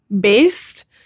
based